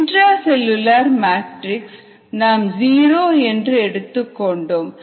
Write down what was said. intra cellular matrix நாம் zero என்று எடுத்துக் கொண்டோம்